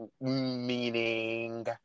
Meaning